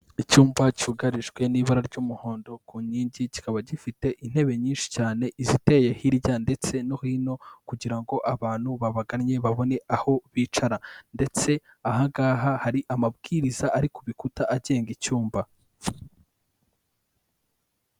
Icyumba cyugarijwe n'ibara ry'umuhondo ku nkingi, kikaba gifite intebe nyinshi cyane iziteye hirya ndetse no hino, kugira ngo abantu babaganye babone aho bicara, ndetse aha ngaha hari amabwiriza ari ku bikuta agenga icyumba.